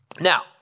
Now